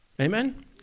Amen